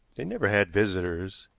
they never had visitors,